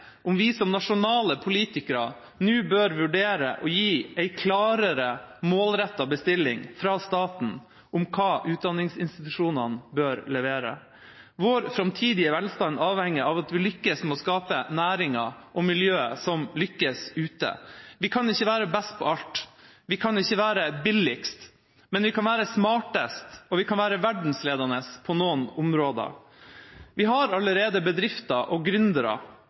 om vi som nasjonale politikere nå bør vurdere å gi en klarere, målrettet bestilling fra staten om hva utdanningsinstitusjonene bør levere. Vår framtidige velstand avhenger av at vi lykkes med å skape næringer og miljøer som lykkes ute. Vi kan ikke være best på alt. Vi kan ikke være billigst. Men vi kan være smartest, og vi kan være verdensledende på noen områder. Vi har allerede bedrifter og